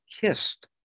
kissed